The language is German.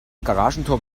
garagentor